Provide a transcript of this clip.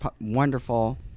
wonderful